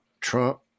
Trump